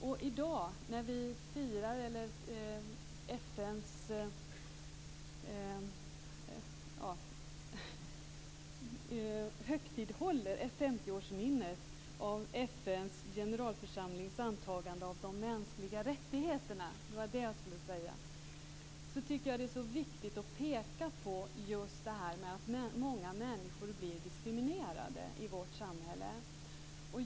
I dag när vi högtidlighåller 50-årsminnet av FN:s generalförsamlings antagande av de mänskliga rättigheterna är det viktigt att peka på att många människor blir diskriminerade i vårt samhälle.